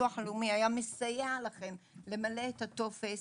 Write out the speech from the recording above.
הביטוח הלאומי היה מסייע לכם למלא את הטופס